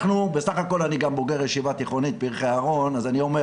אני בוגר ישיבה תיכונית פרחי אהרון אז אני אומר